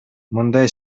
мындай